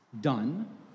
done